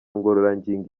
ngororangingo